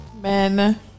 Men